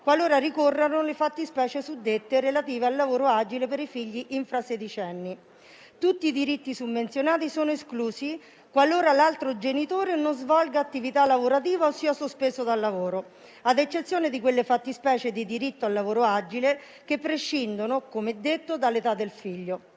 qualora ricorrano le fattispecie suddette relative al lavoro agile per i figli infrasedicenni. Tutti i diritti summenzionati sono esclusi qualora l'altro genitore non svolga attività lavorativa o sia sospeso dal lavoro, ad eccezione di quelle fattispecie di diritto al lavoro agile che prescindono - come detto - dall'età del figlio.